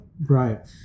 Right